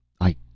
I